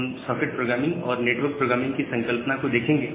हम socket programming और network programming की संकल्पना को देखेंगे